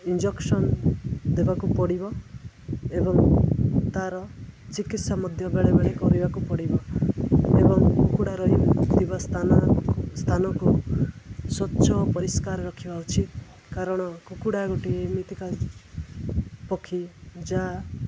injection ଦେବାକୁ ପଡ଼ିବ ଏବଂ ତାର ଚିକିତ୍ସା ମଧ୍ୟ ବେଳେବେଳେ କରିବାକୁ ପଡ଼ିବ ଏବଂ କୁକୁଡ଼ା ରହିଥିବା ସ୍ଥାନ ସ୍ଥାନକୁ ସ୍ୱଚ୍ଛ ପରିଷ୍କାର ରଖିବା ଉଚିତ କାରଣ କୁକୁଡ଼ା ଗୋଟିଏ ଏମିତିକା ପକ୍ଷୀ ଯାହା